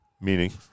Meaning